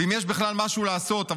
ואם יש בכלל משהו לעשות,